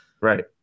right